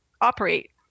operate